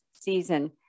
season